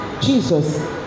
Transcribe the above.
Jesus